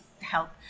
help